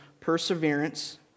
perseverance